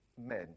men